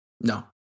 No